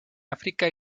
áfrica